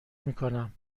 میکنم